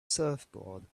surfboard